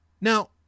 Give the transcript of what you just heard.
Now